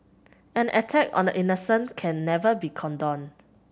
an attack on the innocent can never be condoned